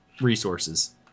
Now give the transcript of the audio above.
resources